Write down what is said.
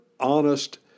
honest